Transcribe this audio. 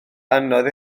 anodd